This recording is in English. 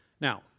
Now